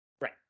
Right